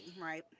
right